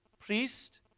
priest